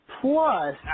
Plus